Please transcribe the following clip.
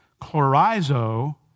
chlorizo